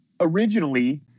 originally